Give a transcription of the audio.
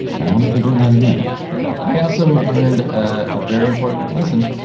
i wonder if they're doing that again you know i also learned a very important lesson,